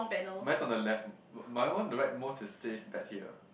mine's on the left my one the right most it says back here